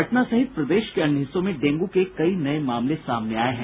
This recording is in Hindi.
पटना सहित प्रदेश के अन्य हिस्सों में डेंगू के कई नये मामले सामने आये हैं